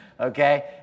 Okay